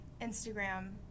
Instagram